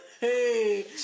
Hey